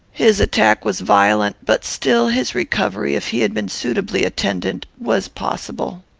his attack was violent but, still, his recovery, if he had been suitably attended, was possible.